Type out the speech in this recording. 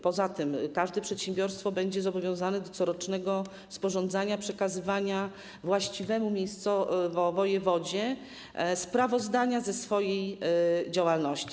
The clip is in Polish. Poza tym każde przedsiębiorstwo będzie zobowiązane do corocznego sporządzania i przekazywania właściwemu miejscowo wojewodzie sprawozdania ze swojej działalności.